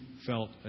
felt